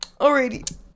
Alrighty